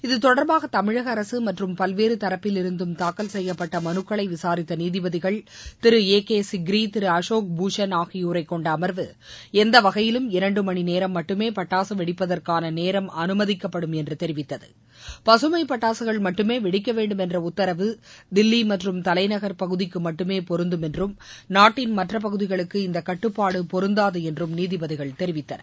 இத்தொடர்பாக தமிழக அரசு மற்றும் பல்வேறு தரப்பிலிருந்தும் தாக்கல் செய்யப்பட்ட மனுக்களை விசாரித்த நீதிபதிகள் திரு ஏ கே சின்ரி திரு அசோக் பூஷன் ஆகியோரை கொண்ட அமர்வு எந்த வகையிலும் இரண்டு மணிநேரம் மட்டுமே பட்டாக வெடிப்பதற்கான நேரம் அனுமதிக்கப்படும் என்று தெரிவித்தது பசுமை பட்டாககள் மட்டுமே வெடிக்க வேண்டும் என்ற உத்தரவு தில்லி மற்றும் தலைநகர் பகுதிக்கு மட்டுமே பொருந்தும் என்றும் நாட்டின் மற்ற பகுதிகளுக்கு இந்த கட்டுப்பாடு பொருந்தாது என்றும் நீதிபதிகள் தெரிவித்தனர்